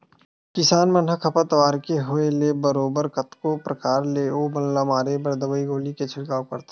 किसान मन ह खरपतवार के होय ले बरोबर कतको परकार ले ओ बन ल मारे बर दवई गोली के छिड़काव करथे